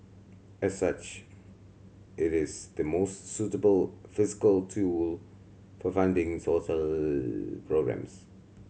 as such it is the most suitable fiscal tool for funding social programmes